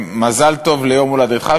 מזל טוב ליום הולדתך,